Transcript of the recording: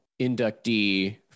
inductee